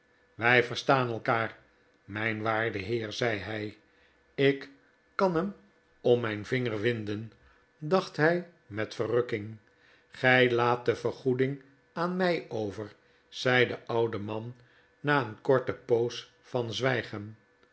wij verstaan elkaar mijn waarde heer zei hij r ik kan hem om mijn vinger winden dacht hij met verrukking gij laat de vergoeding aan mij over zei de oude man na een korte poos van